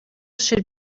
should